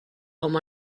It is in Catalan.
com